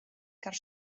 ger